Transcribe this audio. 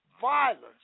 violence